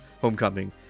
Homecoming